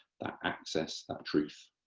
that access, that truth.